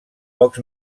pocs